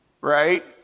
Right